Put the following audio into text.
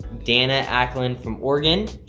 dana ackland from oregon,